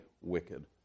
wicked